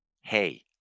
Hey